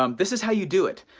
um this is how you do it,